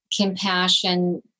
compassion